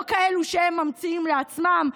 לא כאלה שהם ממציאים לעצמם.